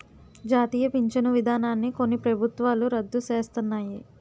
జాతీయ పించను విధానాన్ని కొన్ని ప్రభుత్వాలు రద్దు సేస్తన్నాయి